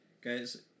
guys